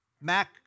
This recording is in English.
Mac